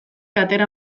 atera